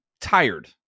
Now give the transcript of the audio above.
tired